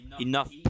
enough